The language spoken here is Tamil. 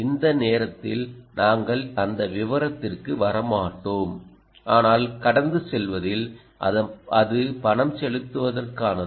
இந்த நேரத்தில் நாங்கள் அந்த விவரத்திற்கு வரமாட்டோம் ஆனால் கடந்து செல்வதில் அது பணம் செலுத்துவதற்கானது